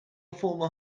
former